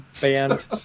band